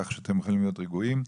כך שאתם יכולים להיות רגועים,